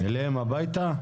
אליהם הביתה?